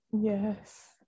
Yes